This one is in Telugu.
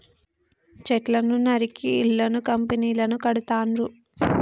చెట్లను నరికి ఇళ్లను కంపెనీలను కడుతాండ్రు